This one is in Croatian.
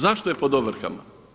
Zašto je pod ovrhama?